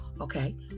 Okay